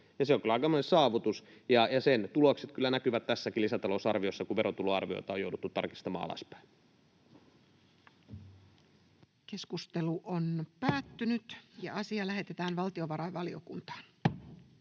se on kyllä aikamoinen saavutus, ja sen tulokset kyllä näkyvät tässäkin lisätalousarviossa, kun verotuloarviota on jouduttu tarkistamaan alaspäin. Lähetekeskustelua varten esitellään päiväjärjestyksen